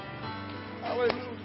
Hallelujah